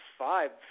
five